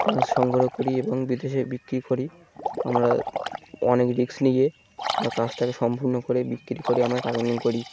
সংগ্রহ করি এবং বিদেশে বিক্রি করি আমরা অনেক রিক্স নিয়ে আমরা কাজটাকে সম্পূর্ণ করে বিক্রি করি আমরা টাকা করি